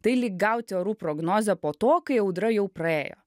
tai lyg gauti orų prognozę po to kai audra jau praėjo